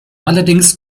allerdings